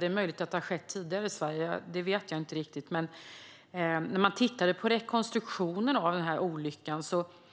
Det är möjligt att det har skett i Sverige tidigare - det vet jag inte riktigt - men när man tittade på rekonstruktionen av den här olyckan